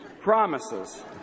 promises